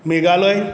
Meghalaya